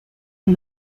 and